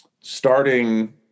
starting